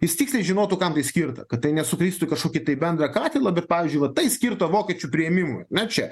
jis tiksliai žinotų kam tai skirta kad tai nesukristų į kažkokį tai bendrą katilą bet pavyzdžiui va tai skirta vokiečių priėmimui na čia